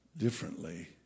Differently